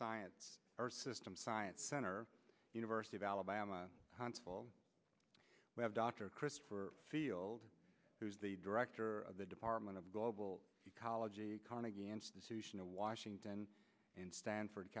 science system science center university of alabama huntsville we have dr christopher field who's the director of the department of global ecology carnegie institution of washington in stanford